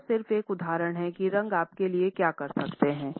यह सिर्फ एक उदाहरण है कि रंग आपके लिए क्या कर सकता है